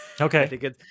okay